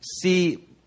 see